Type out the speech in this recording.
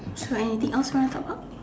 so anything else you want to talk about